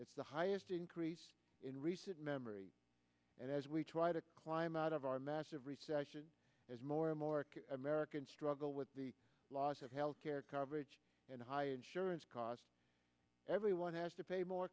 it's the highest increase in recent memory and as we try to climb out of our massive recession as more and more americans struggle with the loss of health care coverage and high insurance costs everyone has to pay more